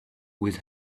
with